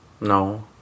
No